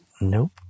Nope